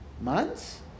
months